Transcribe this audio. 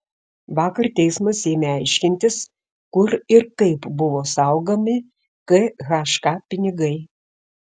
vakar teismas ėmė aiškintis kur ir kaip buvo saugomi khk pinigai